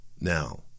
Now